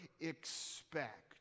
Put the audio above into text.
expect